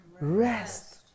rest